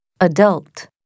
Adult